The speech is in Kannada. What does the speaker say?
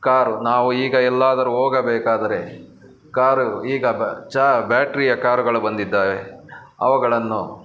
ಕಾರು ನಾವು ಈಗ ಎಲ್ಲಾದರೂ ಹೋಗಬೇಕಾದ್ರೆ ಕಾರು ಈಗ ಬ ಚಾ ಬ್ಯಾಟ್ರಿಯ ಕಾರ್ಗಳು ಬಂದಿದ್ದಾವೆ ಅವುಗಳನ್ನು